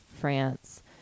France